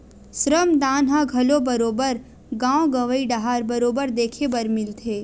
श्रम दान ह घलो बरोबर गाँव गंवई डाहर बरोबर देखे बर मिलथे